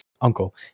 uncle